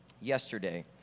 yesterday